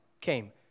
came